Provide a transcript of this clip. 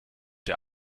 der